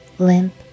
limp